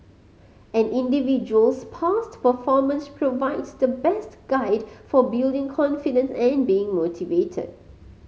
an individual's past performance provides the best guide for building confidence and being motivated